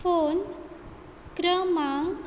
phone क्रमांक